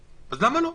אז למה לא?